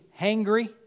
hangry